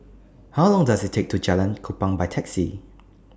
How Long Does IT Take to get to Jalan Kupang By Taxi